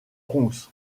bronx